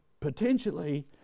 Potentially